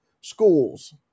schools